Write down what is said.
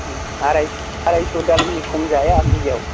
आराइस' दालनि खम जाया बिगायाव